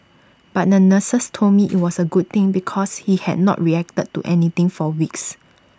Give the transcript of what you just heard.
but the nurses told me IT was A good thing because he had not reacted to anything for weeks